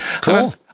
Cool